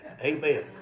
Amen